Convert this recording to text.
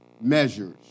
measures